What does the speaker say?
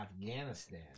Afghanistan